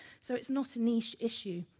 so it's not a niche issue,